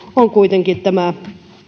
on kuitenkin tämä